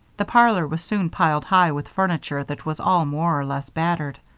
the parlor was soon piled high with furniture that was all more or less battered.